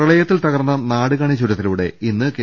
പ്രളയത്തിൽ തകർന്ന നാടുകാണി ചുരത്തിലൂടെ ഇന്ന് കെ